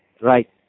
right